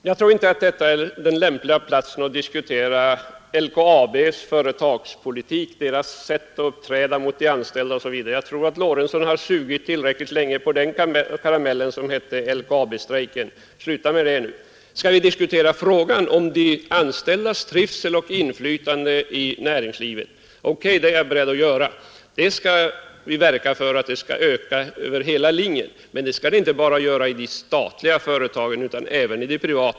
Herr talman! Jag tror inte att detta är den lämpliga platsen att diskutera LKAB:s företagspolitik, dess sätt att uppträda mot de anställda osv. Jag tror att herr Lorentzon har sugit tillräckligt länge på den karamell som hette LKAB-strejken. Sluta med detta nu! Om vi skall diskutera frågan om de anställdas trivsel och inflytande i näringslivet, är jag beredd att göra det. Vi skall verka för att dessa viktiga faktorer skall öka över hela linjen. Men det skall inte bara gälla de statliga företagen utan även de privata.